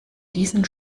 diesen